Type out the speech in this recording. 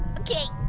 okay,